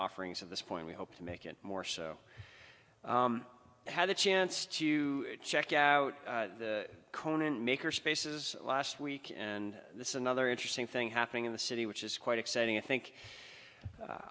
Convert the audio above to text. offerings of this point we hope to make it more so i had a chance to check out conan maker spaces last week and this is another interesting thing happening in the city which is quite exciting i think